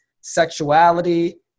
sexuality